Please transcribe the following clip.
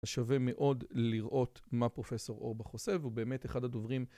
שווה מאוד לראות מה פרופ' אורבך עושה, והוא באמת אחד הדוברים...